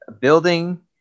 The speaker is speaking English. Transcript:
building